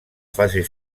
fase